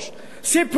הביאו לנו חוקים,